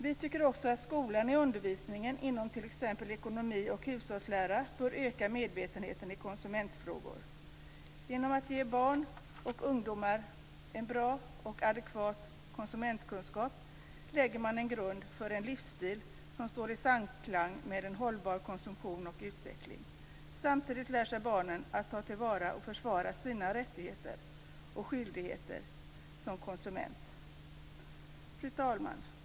Vi tycker också att skolan i undervisningen inom t.ex. ekonomi och hushållslära bör öka medvetenheten i konsumentfrågor. Genom att ge barn och ungdomar en bra och adekvat konsumentkunskap lägger man en grund för en livsstil som står i samklang med en hållbar konsumtion och utveckling. Samtidigt lär sig barnen att ta till vara och försvara sina rättigheter och skyldigheter som konsumenter. Fru talman!